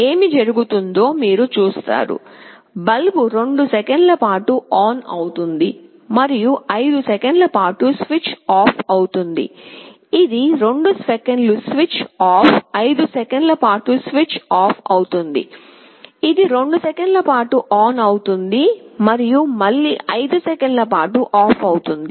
ఏమి జరుగుతుందో మీరు చూస్తారు బల్బ్ 2 సెకన్ల పాటు ఆన్ అవుతుంది మరియు 5 సెకన్ల పాటు స్విచ్ ఆఫ్ అవుతుంది ఇది 2 సెకన్ల స్విచ్ ఆఫ్ 5 సెకన్ల పాటు స్విచ్ ఆఫ్ అవుతుంది ఇది 2 సెకన్ల పాటు ఆన్ అవుతుంది మరియు మళ్ళీ 5 సెకన్ల పాటు ఆఫ్ అవుతుంది